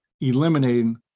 eliminating